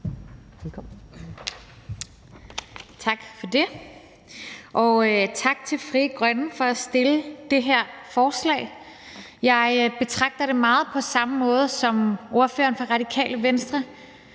Tak for det, og tak til Frie Grønne for at fremsætte det her forslag. Jeg betragter det meget på samme måde som ordføreren for Radikale Venstre,